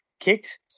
kicked